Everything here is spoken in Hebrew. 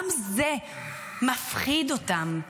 גם זה מפחיד אותם.